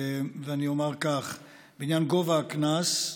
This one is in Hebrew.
ואני אומר כך: בעניין גובה הקנס,